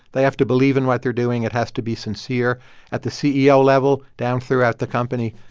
they have to believe in what they're doing. it has to be sincere at the ceo level, down throughout the company.